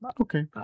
Okay